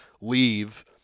leave